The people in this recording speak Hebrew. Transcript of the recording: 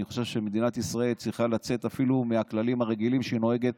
אני חושב שמדינת ישראל צריכה לצאת אפילו מהכללים הרגילים שהיא נוהגת